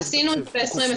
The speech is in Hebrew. עשינו את זה ב-2020,